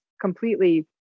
completely